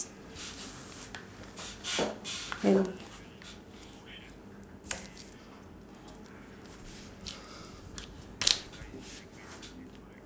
I know